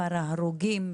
מספר ההרוגים,